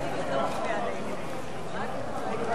קדימה להביע אי-אמון בממשלה